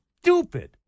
stupid